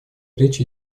речь